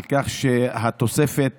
לכך שהתוספת